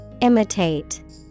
Imitate